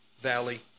valley